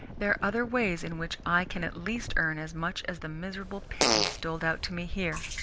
there are other ways in which i can at least earn as much as the miserable pittance doled out to me here.